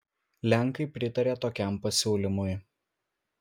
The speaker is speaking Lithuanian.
lenkai pritarė tokiam pasiūlymui